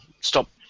stop